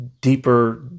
deeper